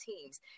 teams